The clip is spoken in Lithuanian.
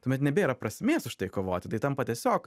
tuomet nebėra prasmės už tai kovoti tai tampa tiesiog